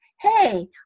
Hey